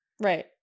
Right